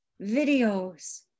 videos